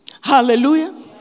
Hallelujah